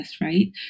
right